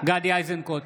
גדי איזנקוט,